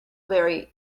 very